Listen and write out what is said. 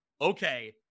okay